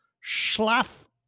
Schlaf